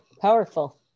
powerful